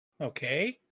Okay